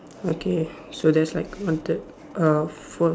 okay so that's like one third uh fourth